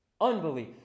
unbelief